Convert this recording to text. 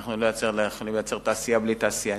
ואנחנו לא יכולים לייצר תעשייה בלי תעשיינים,